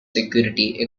security